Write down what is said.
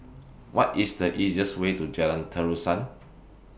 What IS The easiest Way to Jalan Terusan